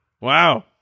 Wow